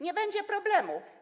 Nie będzie problemu.